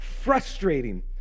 frustrating